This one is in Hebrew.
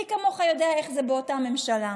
מי כמוך יודע איך זה באותה ממשלה?